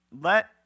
let